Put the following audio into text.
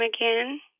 again